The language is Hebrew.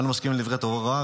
אנו משכימים לדברי תורה,